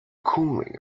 cooling